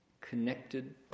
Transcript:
connected